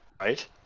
right